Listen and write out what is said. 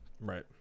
Right